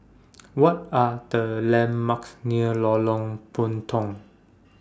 What Are The landmarks near Lorong Puntong